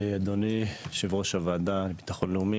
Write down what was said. אדוני יושב-ראש הוועדה לביטחון לאומי,